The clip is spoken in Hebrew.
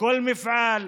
לכל מפעל,